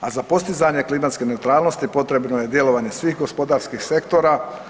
A za postizanje klimatske neutralnosti potrebno je djelovanje svih gospodarskih sektora.